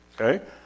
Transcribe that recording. Okay